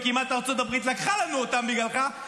וכמעט ארצות הברית לקחה לנו אותם בגללך,